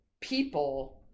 people